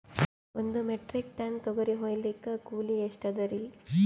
ಒಂದ್ metric tonne ತೊಗರಿ ಹೋಯಿಲಿಕ್ಕ ಕೂಲಿ ಎಷ್ಟ ಅದರೀ?